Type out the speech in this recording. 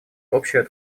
общую